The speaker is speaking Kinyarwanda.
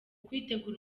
kwitegura